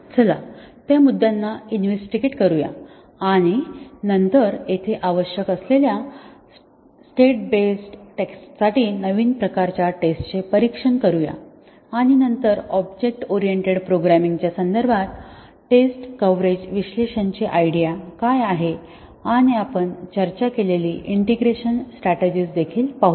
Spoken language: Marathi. चला त्या मुद्द्याना इन्व्हेस्टीगेट करूया आणि नंतर येथे आवश्यक असलेल्या स्टेट बेस्ड टेस्टसाठी नवीन प्रकारच्या टेस्ट चे परीक्षण करूया आणि नंतर ऑब्जेक्ट ओरिएंटेड प्रोग्रामिंगच्या संदर्भात टेस्ट कव्हरेज विश्लेषण ची आयडिया काय आहे आणि आपण चर्चा केलेली इंटिग्रेशन स्ट्रॅटेजीस देखील पाहूया